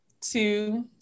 two